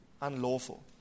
unlawful